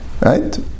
right